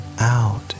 out